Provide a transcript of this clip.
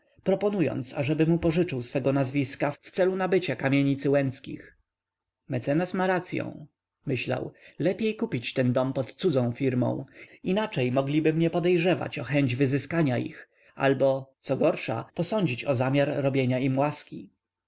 proponując ażeby mu pożyczył swego nazwiska w celu nabycia kamienicy łęckich mecenas ma racyą myślał lepiej kupić ten dom pod cudzą firmą inaczej mogliby mnie podejrzewać o chęć wyzyskania ich albo co gorsze posądzić o zamiar robienia im łaski